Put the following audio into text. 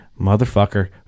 motherfucker